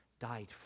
died